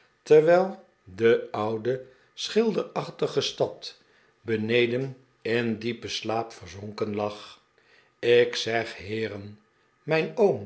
terwijl de oude schilderachtige stad beneden in diepen slaap verzonken lag ik zeg heeren mijn